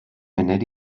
munud